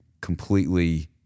completely